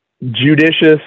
judicious